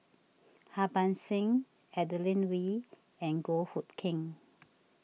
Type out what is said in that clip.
Harbans Singh Adeline Ooi and Goh Hood Keng